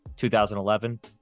2011